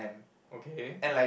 okay